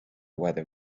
whether